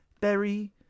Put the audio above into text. Berry